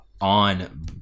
on